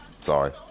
sorry